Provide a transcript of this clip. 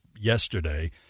yesterday